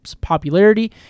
popularity